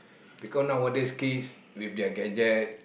because nowadays kids with their gadget